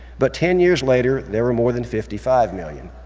but ten years later, there were more than fifty five million.